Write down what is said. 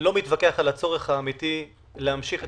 לא מתווכח על הצורך האמיתי להמשיך את